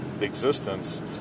existence